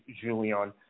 Julian